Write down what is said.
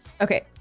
Okay